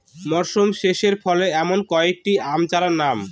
মরশুম শেষে ফলে এমন কয়েক টি আম চারার নাম?